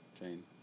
Jane